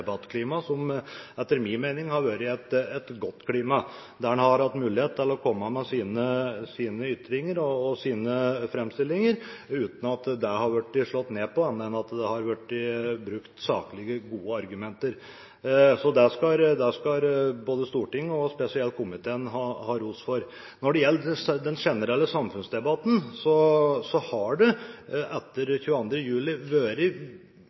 som etter min mening har vært godt, der en har hatt mulighet til å komme med sine ytringer og framstillinger, uten at det er blitt slått ned på. Det har vært brukt saklige, gode argumenter. Så det skal Stortinget – og spesielt komiteen – ha ros for. Når det gjelder den generelle samfunnsdebatten, har det etter 22. juli vært visse tendenser til at denne debatten på en måte har vært forsøkt dempet, slik at det ikke har vært